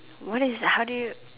what is that how do you